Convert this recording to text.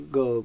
go